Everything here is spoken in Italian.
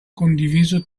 condiviso